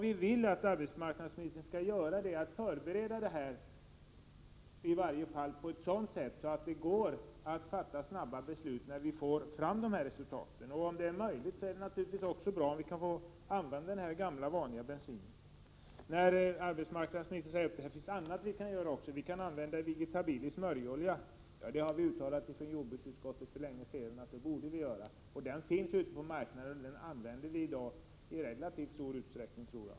Vi vill att arbetsmarknadsministern skall förbereda detta, i varje fall på ett sådant sätt, att det går att fatta ett snabbt beslut när vi får fram resultaten. Om det är möjligt, är det naturligtvis också bra om vi skulle kunna fortsätta att använda den gamla vanliga bensinen. Arbetsmarknadsministern säger att det finns annat vi kan göra, vi kan använda vegetabilisk smörjolja. Från jordbruksutskottets sida har vi för länge sedan uttalat att man borde göra det. Smörjolja finns ute på marknaden, och jag tror att den i dag används i relativt stor utsträckning.